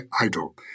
idol